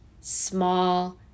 small